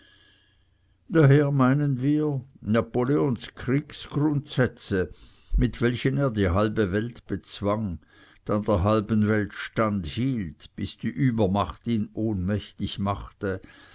daher meinen wir napoleons kriegsgrundsätze mit welchen er die halbe welt bezwang dann der halben welt standhielt bis die übermacht ihn ohnmächtig machte